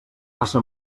passa